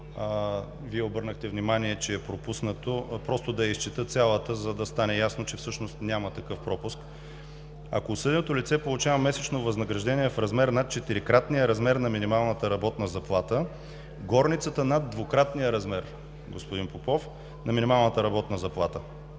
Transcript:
обърнахте внимание, че е пропусната, да я изчета цялата, за да стане ясно, че всъщност няма такъв пропуск: „4. ако осъденото лице получава месечно възнаграждение в размер над четирикратния размер на минималната работна заплата, горницата над двукратния размер“, господин Попов, „на минималната работна заплата“.